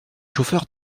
chauffeur